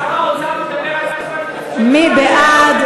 שר האוצר מדבר, מי בעד?